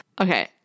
okay